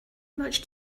much